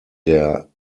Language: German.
der